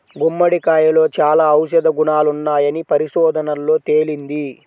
గుమ్మడికాయలో చాలా ఔషధ గుణాలున్నాయని పరిశోధనల్లో తేలింది